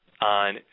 on